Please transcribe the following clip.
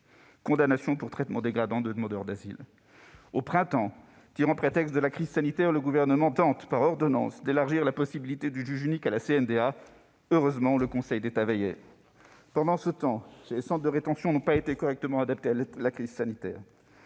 en juillet, pour traitement dégradant de demandeurs d'asile. Au printemps, tirant prétexte de la crise sanitaire, le Gouvernement tentait, par ordonnance, d'élargir la possibilité de juge unique à la CNDA. Heureusement, le Conseil d'État veillait ! Pendant ce temps, les centres de rétention n'ont pas été correctement adaptés à la crise sanitaire.